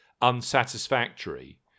unsatisfactory